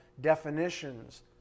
definitions